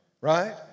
right